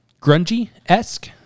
grungy-esque